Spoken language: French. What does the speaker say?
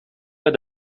pas